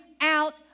out